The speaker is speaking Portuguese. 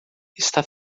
está